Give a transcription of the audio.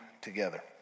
together